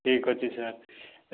ଠିକ୍ ଅଛି ସାର୍